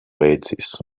edges